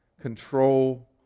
control